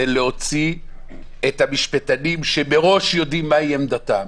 היא להוציא את המשפטנים שמראש יודעים מה עמדתם.